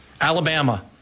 Alabama